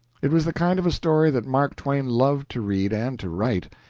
it was the kind of a story that mark twain loved to read and to write.